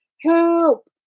Help